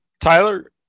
Tyler